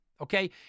okay